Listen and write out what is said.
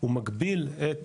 הוא מגביל את